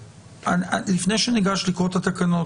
לפני שניגש לקרוא את התקנות,